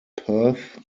perth